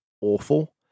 awful